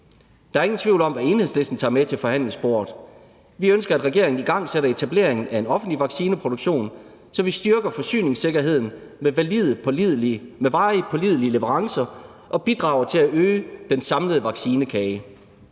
Der er ingen tvivl om, hvad Enhedslisten tager med til forhandlingsbordet. Vi ønsker, at regeringen igangsætter en offentlig vaccineproduktion, så vi styrker forsyningssikkerheden med varige, pålidelige leverancer og bidrager til at gøre den samlede vaccinekage